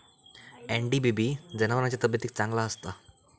NDBB जनावरांच्या तब्येतीक चांगला असता